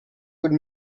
would